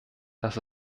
das